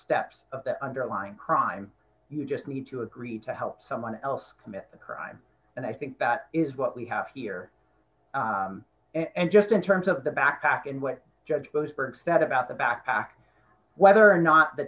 steps of that underlying crime you just need to agree to help someone else commit the crime and i think that is what we have here and just in terms of the backpack and what judge those bricks said about the backpack whether or not the